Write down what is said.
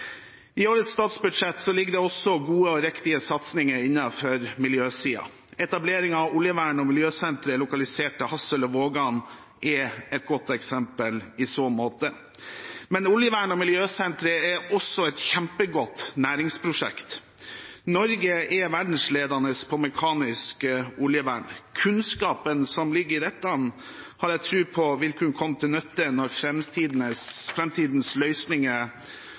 I årets statsbudsjett ligger det også gode og riktige satsinger innenfor miljøsiden. Etablering av Oljevern- og miljøsenteret, lokalisert til Hadsel og Vågan, er et godt eksempel i så måte. Men Oljevern- og miljøsenteret er også et kjempegodt næringsprosjekt. Norge er verdensledende på mekanisk oljevern. Kunnskapen som ligger i dette, har jeg tro på vil kunne komme til nytte når framtidens løsninger